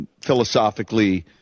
philosophically